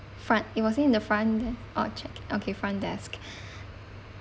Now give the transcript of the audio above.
front it was it in the front desk or check okay front desk